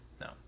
no